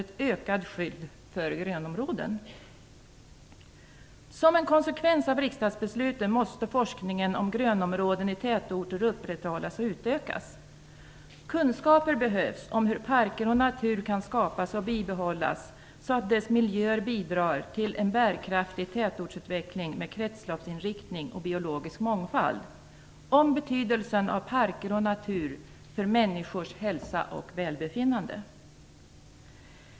Som en konsekvens av riksdagsbesluten måste forskningen om grönområden i tätorter upprätthållas och utökas. Kunskaper behövs om hur parker och natur kan skapas och bibehållas, så att dess miljöer bidrar till en bärkraftig tätortsutveckling med kretsloppsinriktning och biologisk mångfald. Vidare behövs kunskaper om betydelsen av parker och natur för människors hälsa och välbefinnande.